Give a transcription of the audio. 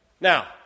Now